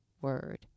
word